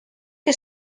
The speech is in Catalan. que